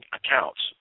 accounts